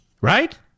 Right